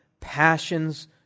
passions